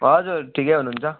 हजुर ठिकै हुनुहुन्छ